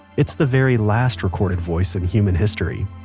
it's the very last recorded voice in human history,